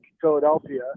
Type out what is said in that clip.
Philadelphia